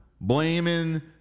blaming